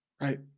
right